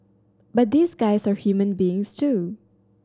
but these guys are human beings too